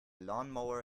lawnmower